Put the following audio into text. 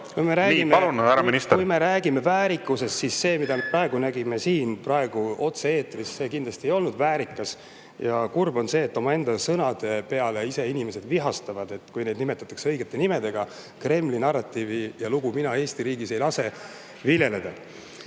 Kui me räägime väärikusest, siis see, mida me praegu nägime siin otse-eetris, kindlasti ei olnud väärikas. Kurb on see, et omaenda sõnade peale inimesed vihastavad, kui neid nimetatakse õigete nimedega. Kremli narratiivi ja lugu mina Eesti riigis ei lase viljeleda.